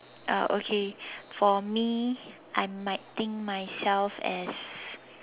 uh okay for me I might think myself as